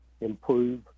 improve